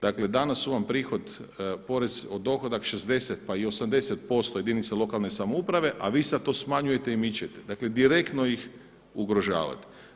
Dakle dana su vam prihod poreza od dohotka 60 pa i 80% jedinica lokalne samouprave, a vi sada to smanjujete i mičete, dakle direktno ih ugrožavate.